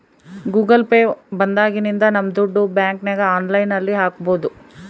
Google Pay ಬಂದಾಗಿನಿಂದ ನಮ್ ದುಡ್ಡು ಬ್ಯಾಂಕ್ಗೆ ಆನ್ಲೈನ್ ಅಲ್ಲಿ ಹಾಕ್ಬೋದು